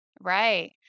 Right